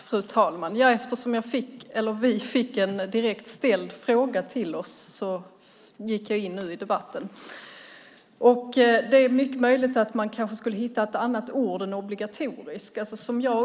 Fru talman! Eftersom vi fick en direkt ställd fråga begärde jag replik. Det är möjligt att man kan hitta ett annat ord än obligatoriskt.